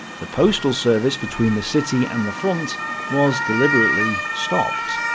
the postal service between the city and the front was deliberately stopped,